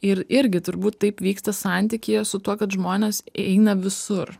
ir irgi turbūt taip vyksta santykyje su tuo kad žmonės eina visur